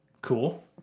Cool